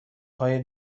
های